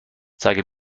zeige